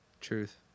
Truth